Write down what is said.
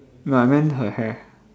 no I meant her hair